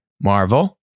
Marvel